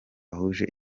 bahuje